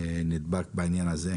בריא.